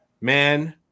man